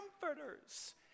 comforters